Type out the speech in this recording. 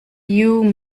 you